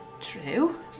True